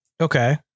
Okay